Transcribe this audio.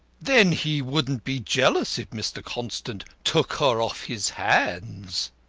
then he wouldn't be jealous if mr. constant took her off his hands?